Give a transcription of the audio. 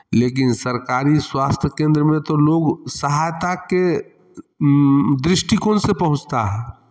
लेकिन सरकारी स्वास्थ्य केंद्र में तो लोग सहायता के दृष्टिकोण से पहुँचता है